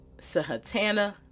Sahatana